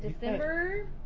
December